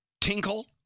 Tinkle